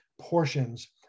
portions